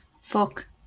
fuck